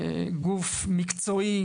גוף מקצועי,